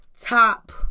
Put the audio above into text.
top